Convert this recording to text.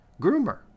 groomer